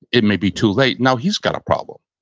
it may be too late. now he's got a problem.